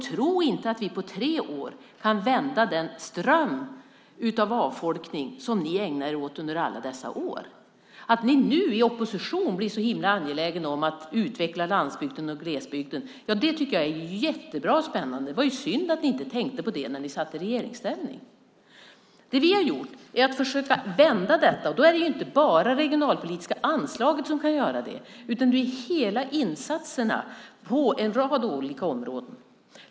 Tro inte att vi på tre år kan vända den ström av avfolkning som ni ägnade er åt under alla dessa år! Att ni nu i opposition är så angelägna om att utveckla landsbygden och glesbygden är jättebra och spännande. Det var synd att ni inte tänkte på det när ni satt i regeringsställning. Det vi har gjort är att försöka vända detta. Då är det inte bara det regionalpolitiska anslaget som kan göra det, utan det är hela insatserna på en rad olika områden.